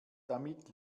damit